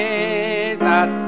Jesus